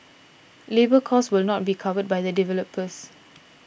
labour cost will not be covered by the developers